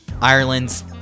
Ireland's